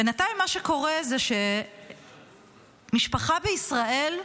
בינתיים מה שקורה זה שמשפחה בישראל,